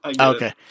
Okay